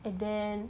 and then